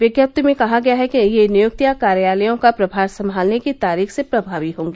विज्ञप्ति में कहा गया है कि ये नियुक्तियां कार्यालयों का प्रभार संभालने की तारीख से प्रभावी होंगी